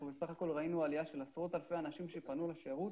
וראינו עלייה של עשרות אנשים שפנו לשירות